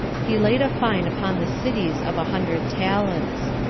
he laid a fine upon the cities of a hundred talents.